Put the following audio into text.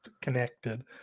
connected